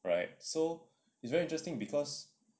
right so it's very interesting because